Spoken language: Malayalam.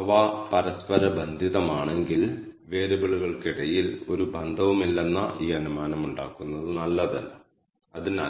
7 വേരിയബിളുകൾക്കും ഇത് ഫൈവ് പോയിന്റ് സമ്മറി നൽകും